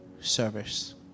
service